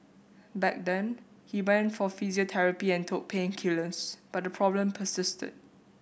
back then he went for physiotherapy and took painkillers but the problem persisted